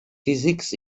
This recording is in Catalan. físics